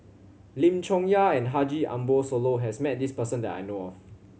Lim Chong Yah and Haji Ambo Sooloh has met this person that I know of